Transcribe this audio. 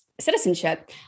citizenship